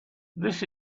this